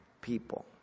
people